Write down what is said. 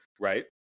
right